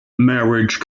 marriage